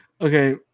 Okay